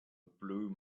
bloom